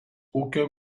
ūkio